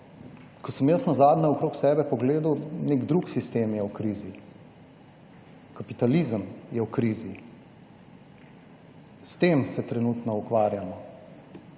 Ko sem jaz nazadnje okrog sebe pogledal, nek drug sistem je v krizi, kapitalizem je v krizi, s tem se trenutno ukvarjamo